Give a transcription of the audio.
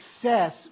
success